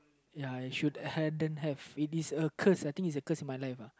ya I should hadn't have it is a curse I think it's a curse in my life ah